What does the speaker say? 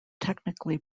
technically